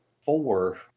four